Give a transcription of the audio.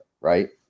right